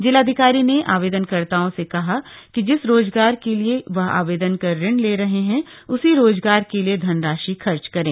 जिलाधिकारी ने आवेदनकर्ताओं से कहा कि जिस रोजगार के लिए वह आवेदन कर ऋण ले रहे हैं उसी रोजगार के लिए धनराशि खर्च करे